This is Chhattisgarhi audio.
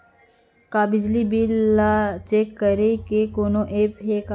का बिजली बिल ल चेक करे के कोनो ऐप्प हे का?